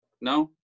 No